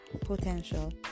potential